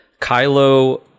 Kylo